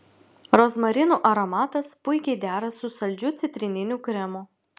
rozmarinų aromatas puikiai dera su saldžiu citrininiu kremu